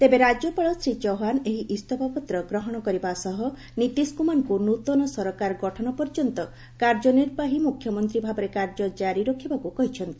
ତେବେ ରାଜ୍ୟପାଳ ଶ୍ରୀ ଚୌହାନ ଏହି ଇସ୍ତଫାପତ୍ର ଗ୍ରହଣ କରିବା ସହ ନିତିଶ କୁମାରଙ୍କୁ ନୂତନ ସରକାର ଗଠନ ପର୍ଯ୍ୟନ୍ତ କାର୍ଯ୍ୟ ନିର୍ବାହୀ ମୁଖ୍ୟମନ୍ତ୍ରୀ ଭାବରେ କାର୍ଯ୍ୟ ଜାରି ରଖିବାକୁ କହିଛନ୍ତି